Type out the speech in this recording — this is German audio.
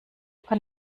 kann